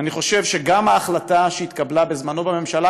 אני חושב שגם ההחלטה שהתקבלה בזמנה בממשלה,